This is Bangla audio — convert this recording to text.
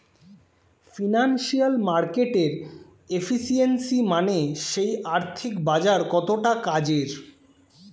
ফিনান্সিয়াল মার্কেটের এফিসিয়েন্সি মানে সেই আর্থিক বাজার কতটা কাজের